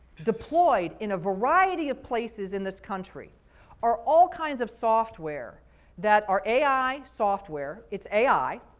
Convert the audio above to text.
deployed in a variety of places in this country are all kinds of software that are ai software, it's ai.